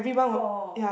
for